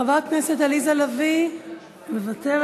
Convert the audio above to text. חברת הכנסת עליזה לביא, מוותרת.